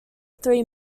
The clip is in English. three